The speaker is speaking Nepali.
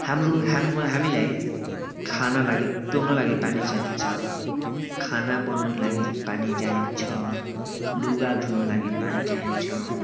हाम्रो हाम् हामीलाई खान लागि पिउन लागि पानी चाहिन्छ खाना बनाउनु लागि पानी चाहिन्छ लुगा धुनु लागि पानी चाहिन्छ